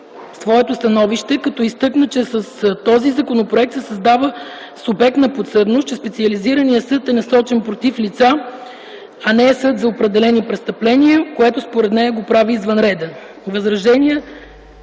своето становище като изтъкна, че с този законопроект се създава субектна подсъдност, че специализираният съд е насочен против лица, а не е съд за определени престъпления, което според нея го прави извънреден.